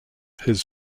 his